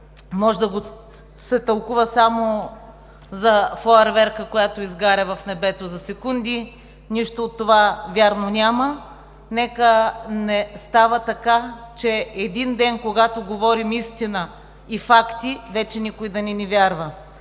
може да се тълкува само за фойерверка, който изгаря в небето за секунди. Нищо вярно няма от това. Нека не става така, че един ден, когато говорим истина и факти, вече никой да не ни вярва.